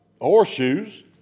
horseshoes